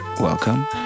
Welcome